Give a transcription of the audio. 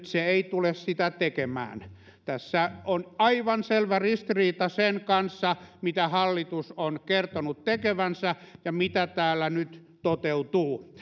se ei tule sitä tekemään tässä on aivan selvä ristiriita sen välillä mitä hallitus on kertonut tekevänsä ja mitä täällä nyt toteutuu